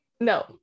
No